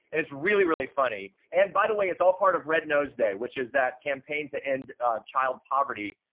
and it's really, really funny. and by the way, it's all part of red nose day, which is that campaign to end child poverty.